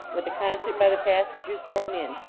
with a concert by the passengers thrown in.